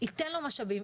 ייתן לו משאבים,